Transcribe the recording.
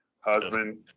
husband